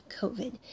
COVID